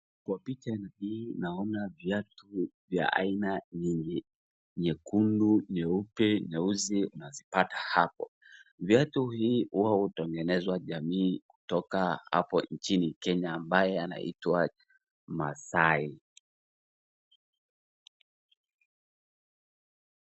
Kwa picha hii naona viatu vya aina nyingi nyekundu, nyeupe, nyeusi unazipata hapo. Viatu hivi hutengenezwa na jamii kutoka hapo nchini Kenya ambayo inaitwa Masai.